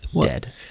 Dead